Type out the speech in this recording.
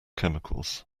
chemicals